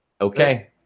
Okay